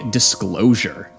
disclosure